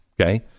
Okay